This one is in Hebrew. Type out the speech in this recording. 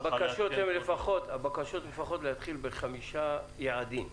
הבקשות הן לפחות להתחיל בחמישה יעדים.